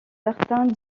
certains